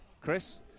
Chris